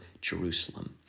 Jerusalem